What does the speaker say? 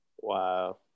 Wow